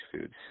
foods